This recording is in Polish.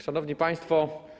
Szanowni Państwo!